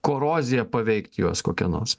korozija paveikt juos kokia nors